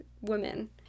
women